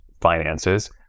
finances